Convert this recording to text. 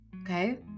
okay